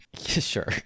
Sure